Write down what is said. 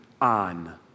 on